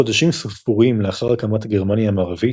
חודשים ספורים לאחר הקמת גרמניה המערבית,